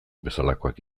bezalakoak